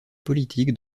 politique